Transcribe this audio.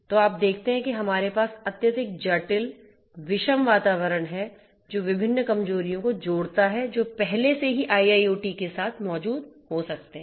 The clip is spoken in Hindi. तो आप देखते हैं कि हमारे पास अत्यधिक जटिल विषम वातावरण है जो विभिन्न कमजोरियों को भी जोड़ता है जो पहले से ही IIoT के साथ मौजूद हो सकते हैं